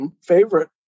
favorite